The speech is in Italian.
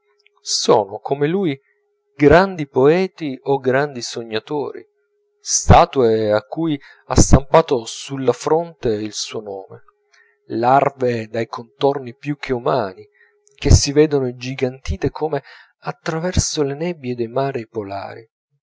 sono come lui grandi poeti o grandi sognatori statue a cui ha stampato sulla fronte il suo nome larve dai contorni più che umani che si vedono ingigantite come a traverso le nebbie dei mari polari